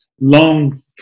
long